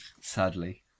Sadly